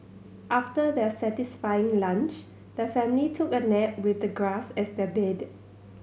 after their satisfying lunch the family took a nap with the grass as their bed